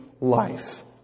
life